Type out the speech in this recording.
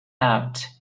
out